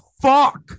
fuck